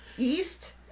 east